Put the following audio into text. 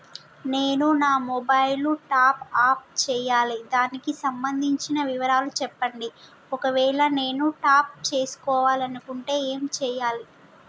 నేను నా mobile top up చేయాలి దానికి సంబంధించిన వివరాలు చెప్పండి ఒకవేళ నేను టాప్ చేసుకోవాలనుకుంటే ఏం చేయాలి?